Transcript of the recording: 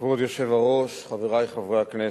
כבוד היושב-ראש, חברי חברי הכנסת,